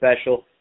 special